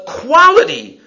quality